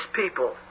people